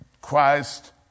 Christ